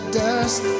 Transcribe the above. dust